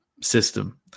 system